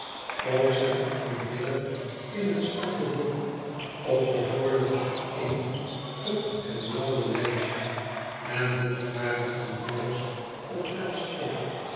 of zet een aanbidder in het zwarte boek of bevordert er een tot het blauwe lijstje en boekt hare aanbidders of telt ze op